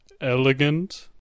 Elegant